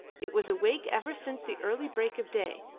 it was awake ever since the early break of day,